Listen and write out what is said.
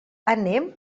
anem